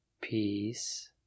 Peace